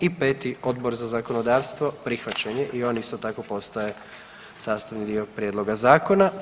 I 5. Odbora za zakonodavstvo prihvaćen je i on isto tako postaje sastavni dio prijedloga zakona.